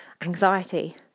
anxiety